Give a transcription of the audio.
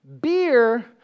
beer